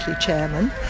chairman